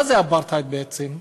מה זה אפרטהייד בעצם?